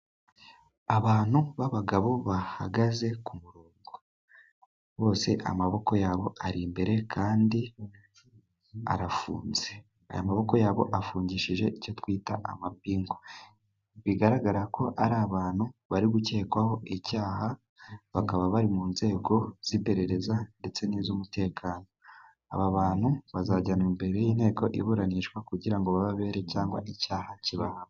Abantu b'abagabo bahagaze ku murongo, bose amaboko yabo ari imbere kandi arafunze, aya maboko yabo afungishije icyo twita amapingu bigaragara ko ari abantu bari gukekwaho icyaha, bakaba bari mu nzego z'iperereza ndetse n'iz'umutekano, aba bantu bazajyanwa imbere y'inteko iburanisha kugira ngo babe abere cyangwa icyaha kibahame.